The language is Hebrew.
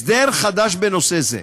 הסדר חדש בנושא זה.